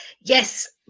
Yes